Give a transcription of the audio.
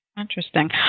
Interesting